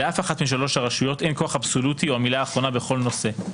לאף אחת משלוש הרשויות אין כוח אבסולוטי או "המילה האחרונה" בכל נושא,